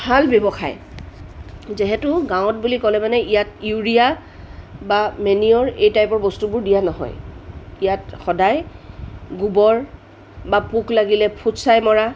ভাল ব্যৱসায় যিহেতু গাঁৱত বুলি ক'লে মানে ইয়াত ইউৰিয়া বা মেনিয়ৰ এই টাইপৰ বস্তুবোৰ দিয়া নহয় ইয়াত সদায় গোবৰ বা পোক লাগিলে ফুটচাই মৰা